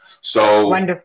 So-